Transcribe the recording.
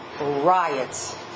riots